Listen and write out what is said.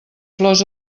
flors